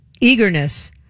eagerness